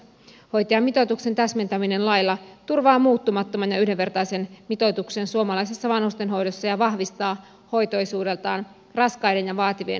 hoitajamitoituksen täsmentäminen lailla turvaa muuttumattoman ja yhdenvertaisen mitoituksen suomalaisessa vanhustenhoidossa ja vahvistaa hoitoisuudeltaan raskaiden ja vaativien hoivayksiköiden resursseja